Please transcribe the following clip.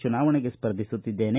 ಚುನಾವಣೆಗೆ ಸ್ಪರ್ಧಿಸುತ್ತಿದ್ದೇನೆ